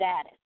status